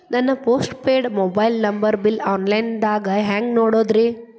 ನನ್ನ postpaid mobile number bill, online ದಾಗ ಹ್ಯಾಂಗ್ ನೋಡೋದ್ರಿ?